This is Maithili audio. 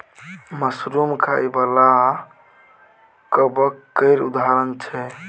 मसरुम खाइ बला कबक केर उदाहरण छै